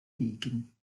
liegen